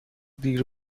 دیر